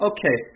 Okay